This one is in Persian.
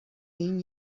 این